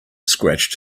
scratched